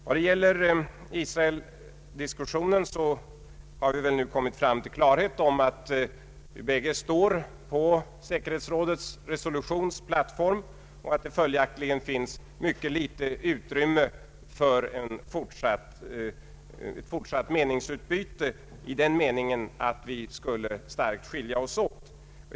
När det gäller diskussionen om Israel har vi väl nu kommit till klarhet om att vi står på säkerhetsrådsresolutionens plattform och att det följaktligen finns mycket ringa utrymme för ett fortsatt meningsutbyte med starka meningsskiljaktigheter.